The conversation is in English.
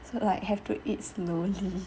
so like have to eat slowly